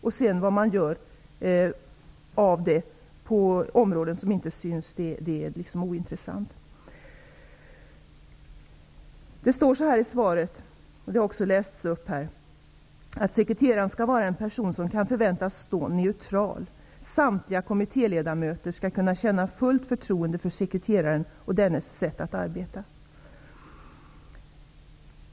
Vad personen sedan gör på områden som inte märks är ointressant. I svaret står det att sekreteraren skall vara en person som kan förväntas stå neutral och att samtliga kommittéledamöter skall kunna känna fullt förtroende för sekreteraren och dennes sätt att arbeta.